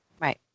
Right